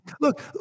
look